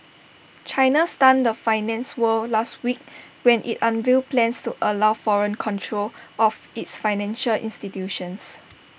China stunned the finance world last week when IT unveiled plans to allow foreign control of its financial institutions